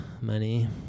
money